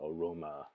aroma